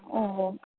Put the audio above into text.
ᱚᱻ